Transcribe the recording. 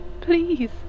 please